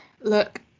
Look